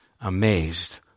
amazed